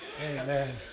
Amen